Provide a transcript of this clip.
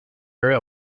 area